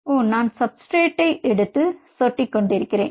ஓ நான் சாப்ஸ்ட்ரட்டை எடுத்து சொட்டிக் கொண்டிருக்கிறேன்